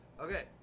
Okay